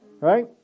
Right